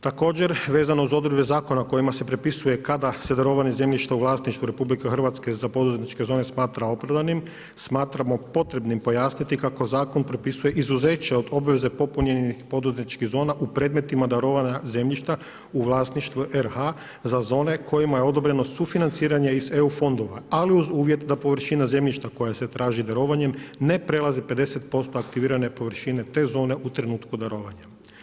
Također vezano uz odredbe zakona kojima se propisuje kada se darovana zemljišta u vlasništvu RH za poduzetničke zone smatra opravdanim, smatramo potrebnim pojasniti kako zakon propisuje izuzeće od obaveze popunjenih poduzetničkih zona u predmetima darovana zemljišta u vlasništvu RH za zone kojima je odobreno sufinanciranje iz EU fondova, ali uz uvjet da površina zemljišta koja se traži darovanjem ne prelazi 50% aktivirane površine te zone u trenutku darovanja.